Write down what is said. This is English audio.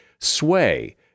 Sway